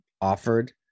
offered